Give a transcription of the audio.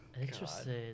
Interesting